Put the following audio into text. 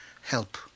help